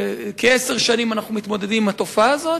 שכעשר שנים אנחנו מתמודדים עם התופעה הזאת,